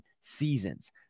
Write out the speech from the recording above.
seasons